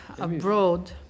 abroad